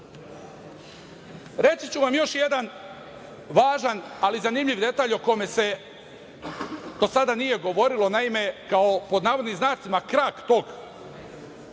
ću vam još jedan važan, ali zanimljiv detalj o kome se do sada nije govorilo. Naime, kao, pod navodnim znacima, krak tog